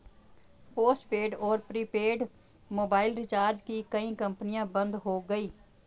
postpaid और prepaid mobile recharge की कई कंपनियां बंद हो गई